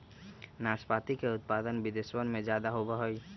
नाशपाती के उत्पादन विदेशवन में ज्यादा होवा हई